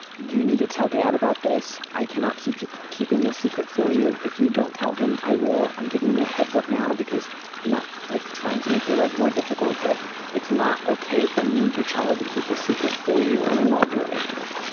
you need to tell dad about this. i cannot keep keeping this secret for you. if you don't tell him i will. i'm giving you a heads up now because i'm not like trying to make your life more difficult but it's not okay for me your child to keep this secret for you and i won't do it anymore